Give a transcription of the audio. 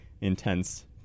intense